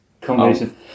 combination